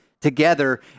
together